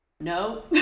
No